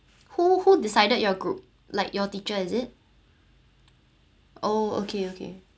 who who decided your group like your teacher is it oh okay okay